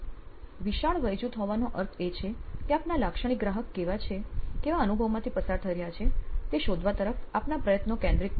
વિશાળ વય જૂથ હોવાનો અર્થ એ છે કે આપના લાક્ષણિક ગ્રાહક કેવા અનુભમાંથી પસાર થઇ રહ્યા છે તે શોધવા તરફ આપના પ્રયત્નો કેન્દ્રિત નથી